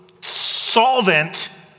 solvent